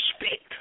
respect